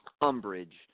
umbrage